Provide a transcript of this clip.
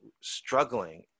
struggling